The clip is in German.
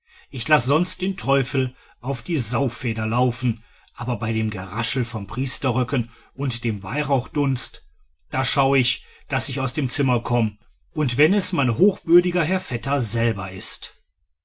ich lass sonst den teufel auf die saufeder laufen aber bei dem geraschel von priesterröcken und dem weihrauchdunst da schau ich daß ich aus dem zimmer komm und wenn es mein hochwürdiger herr vetter selber ist